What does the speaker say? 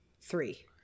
Three